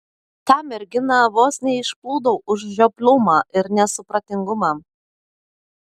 tą merginą vos neišplūdau už žioplumą ir nesupratingumą